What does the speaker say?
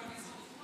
כן.